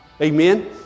Amen